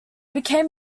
became